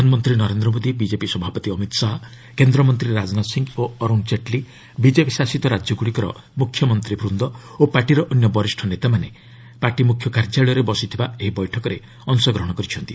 ପ୍ରଧାନମନ୍ତ୍ରୀ ନରେନ୍ଦ୍ର ମୋଦି ବିକେପି ସଭାପତି ଅମିତ୍ ଶାହା କେନ୍ଦ୍ରମନ୍ତ୍ରୀ ରାଜନାଥ ସିଂ ଓ ଅରୁଣ ଜେଟ୍ଲୀ ବିଜେପି ଶାସିତ ରାଜ୍ୟଗୁଡ଼ିକର ମୁଖ୍ୟମନ୍ତ୍ରୀବୃନ୍ଦ ଓ ପାର୍ଟିର ଅନ୍ୟ ବରିଷ୍ଠ ନେତାମାନେ ପାର୍ଟି ମୁଖ୍ୟ କାର୍ଯ୍ୟାଳୟରେ ବସିଥିବା ଏହି ବୈଠକରେ ଅଂଶଗ୍ରହଣ କରିଛନ୍ତି